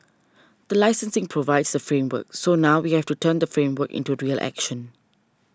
the licensing provides the framework so now we have to turn the framework into real action